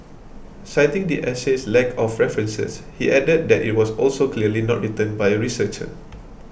citing the essay's lack of references he added that it was also clearly not written by a researcher